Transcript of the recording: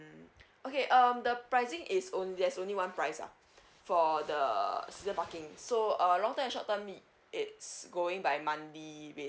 mm okay um the pricing is only there's only one price ah for the season parking so err long term and short term it's going by monthly